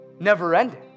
never-ending